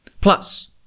Plus